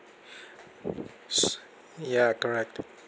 ya correct